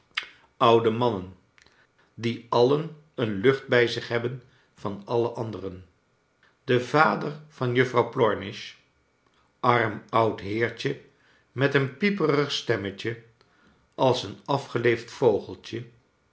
oude mannen die alien een lucht bij zich hebben van alle anderen de vader van juffrouw plornish arm oud heertje met een pieperig stemmetje als een afgeleefd vogeltj